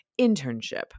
internship